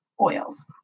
oils